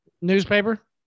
Newspaper